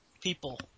people